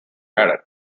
added